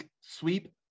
sweep